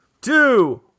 two